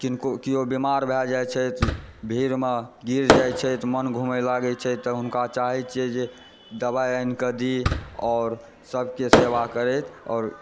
किनको केओ बीमार भए जाइ छथि भीड़मेँ गिर जाइ छथि मन घुमय लागय छै तऽ हुनका चाहे छियै जे हुनका दबाइ आनिकेँ दी आओर सभकेँ सेवा करैत आओर